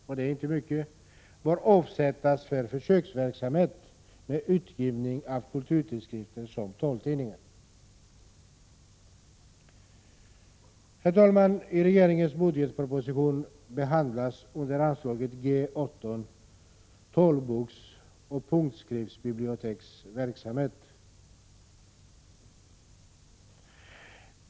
— och det är inte mycket — skall avsättas för försöksverksamhet med utgivning av kulturtidskrifter som taltidningar. Herr talman! I regeringens budgetproposition behandlas under anslaget G 18 talboksoch punktskriftsbibliotekets verksamhet.